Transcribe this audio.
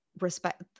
respect